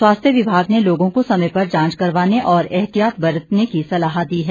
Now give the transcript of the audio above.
स्वास्थ्य विभाग ने लोगों को समय पर जांच करवाने और एहतियात बरतने की सलाह दी है